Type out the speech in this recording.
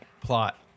plot